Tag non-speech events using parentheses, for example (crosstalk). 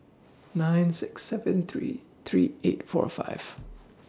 nine six seven three three eight four five (noise)